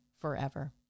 forever